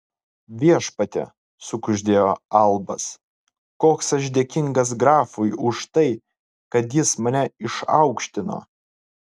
viešpatie sukuždėjo albas koks aš dėkingas grafui už tai kad jis mane išaukštino